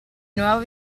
nuovo